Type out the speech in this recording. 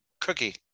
Cookie